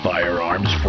Firearms